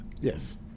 Yes